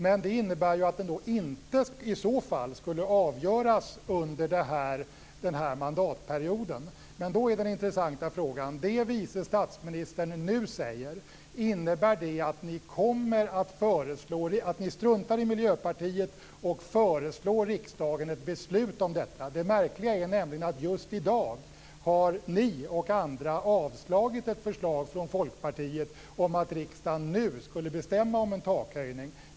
Men det innebär ju att den i så fall inte ska avgöras under den här mandatperioden. Då blir den intressanta frågan: Innebär det som vice statsministern nu säger att ni struntar i Miljöpartiet och föreslår riksdagen ett beslut om detta? Det märkliga är nämligen att ni och andra just i dag har avslagit ett förslag från Folkpartiet om att riksdagen nu ska bestämma om en takhöjning.